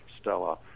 Stella